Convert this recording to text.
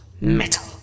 metal